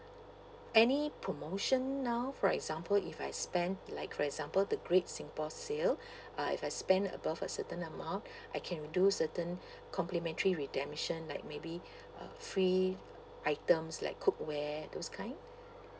any promotion now for example if I spend like for example the great singapore sale uh if I spend above a certain amount I can do certain complimentary redemption like maybe uh free items like cookware those kind